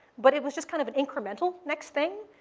but it was just kind of incremental, next thing.